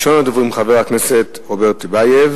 ראשון הדוברים הוא חבר הכנסת רוברט טיבייב.